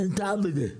אין טעם בזה.